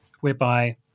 whereby